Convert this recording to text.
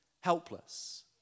helpless